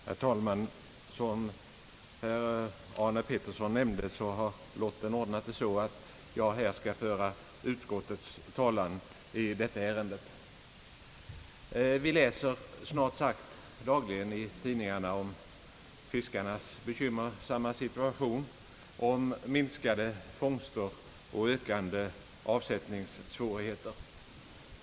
Herr talman! Som herr Arne Pettersson nämnde, har lotten ordnat det så att jag i detta ärende skall föra utskottets talan. Vi läser snart sagt dagligen i tidningarna om fiskets bekymmersamma situation, om minskade fångster och ökande avsättningssvårigheter.